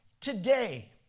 Today